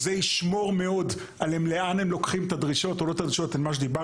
זה ישמור מאוד לאן הם לוקחים את מה שדיברנו.